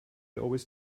always